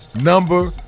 Number